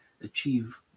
achieve